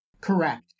Correct